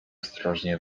ostrożnie